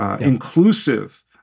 inclusive